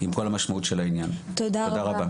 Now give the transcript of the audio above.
עם כל המשמעות של העניין, תודה רבה.